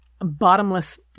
bottomless